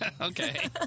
okay